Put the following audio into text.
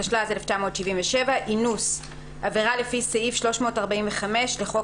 התשל"ז 1977‏; "אינוס" עבירה לפי סעיף 345 לחוק